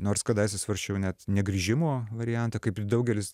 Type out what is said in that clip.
nors kadaise svarsčiau net negrįžimo variantą kaip ir daugelis